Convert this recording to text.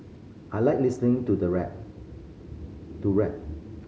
I like listening to the rap to rap